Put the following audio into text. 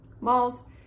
Malls